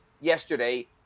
yesterday